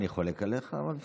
אני חולק עליך, אבל בסדר.